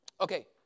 Okay